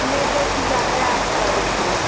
हमें डेट मिला हो आठ तारीख़ को